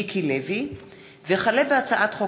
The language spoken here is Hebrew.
פ/4241/20 וכלה בהצעת חוק